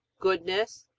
goodness,